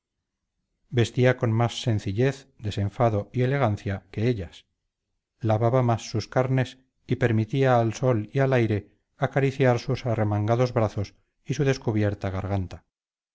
vestía con más sencillez desenfado y elegancia que ellas lavaba más sus carnes y permitía al sol y al aire acariciar sus arremangados brazos y su descubierta garganta